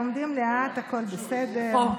לומדים לאט, הכול בסדר.